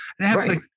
Right